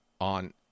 on